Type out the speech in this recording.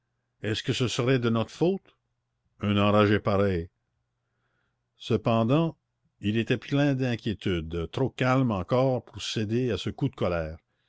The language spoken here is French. est-ce que ce serait de notre faute un enragé pareil cependant il était plein d'inquiétude trop calme encore pour céder à ce coup de colère